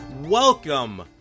welcome